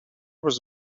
was